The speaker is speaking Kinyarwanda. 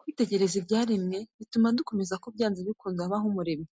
Kwitegereza ibyaremwe bituma dukomeza kumva ko byanze bikunze habaho umuremyi.